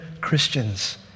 Christians